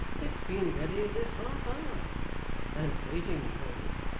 it's been ready this half hour and waiting for you.